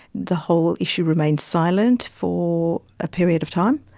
the whole issue remained silent for a period of time,